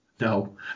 No